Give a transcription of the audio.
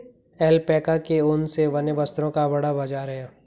alpaca के ऊन से बने वस्त्रों का बड़ा बाजार है